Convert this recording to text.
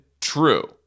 true